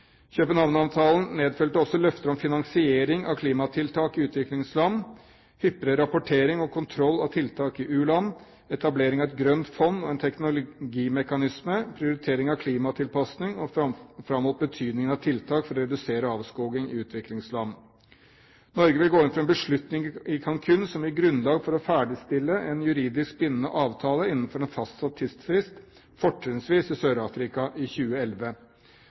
nedfelte også løfter om finansiering av klimatiltak i utviklingsland, hyppigere rapportering og kontroll av tiltak i u-land, etablering av et grønt fond og en teknologimekanisme, prioritering av klimatilpasning og framholdt betydning av tiltak for å redusere avskoging i utviklingsland. Norge vil gå inn for en beslutning i Cancún som gir grunnlag for å ferdigstille en juridisk bindende avtale innenfor en fastsatt tidsfrist, fortrinnsvis i Sør-Afrika i 2011.